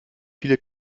viele